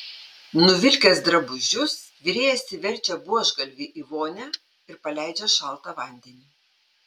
nuvilkęs drabužius virėjas įverčia buožgalvį į vonią ir paleidžia šaltą vandenį